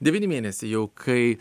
devyni mėnesiai jau kai